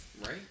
right